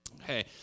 Okay